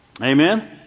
Amen